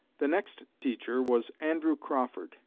the next teacher was andrew crawford.